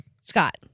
scott